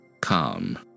calm